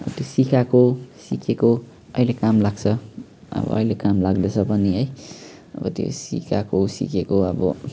सिकाएको सिकेको अहिले काम लाग्छ अब अहिले काम लाग्दैछ पनि है अब त्यो सिकाएको सिकेको अब